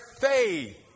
faith